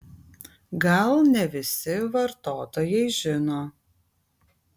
gal ne visi vartotojai žino